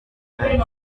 benshi